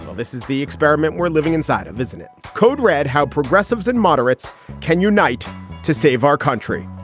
this is the experiment we're living inside of, isn't it? code red. how progressives and moderates can unite to save our country.